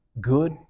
good